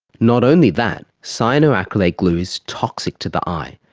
not only that, cyanoacrylate glue is toxic to the eye,